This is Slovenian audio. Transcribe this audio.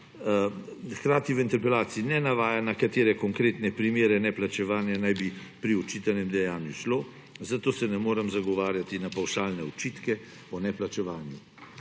Hkrati se v interpelaciji ne navaja, na katere konkretne primere neplačevanja naj bi pri očitanem dejanju šlo, zato se ne morem zagovarjati na pavšalne očitke o neplačevanju.